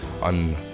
on